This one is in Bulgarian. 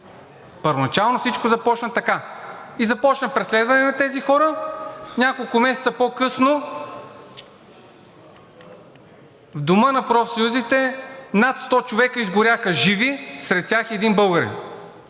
Първоначално всичко започна така и започна преследване на тези хора. Няколко месеца по-късно в Дома на профсъюзите над 100 човека изгоряха живи, сред тях и един българин,